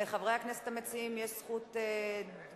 לחברי הכנסת המציעים יש זכות תגובה,